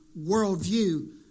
worldview